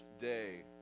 day